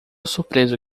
surpreso